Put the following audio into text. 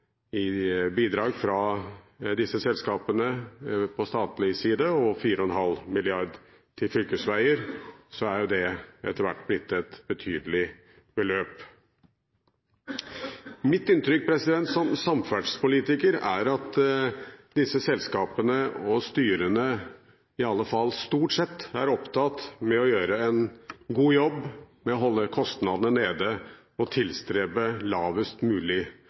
i bidrag fra disse selskapene på statlig side, og 4,5 mrd. kr til fylkesveier, så er det etter hvert blitt et betydelig beløp. Mitt inntrykk som samferdselspolitiker er at disse selskapene og styrene – i alle fall stort sett – er opptatt med å gjøre en god jobb, med å holde kostnadene nede og tilstrebe lavest mulig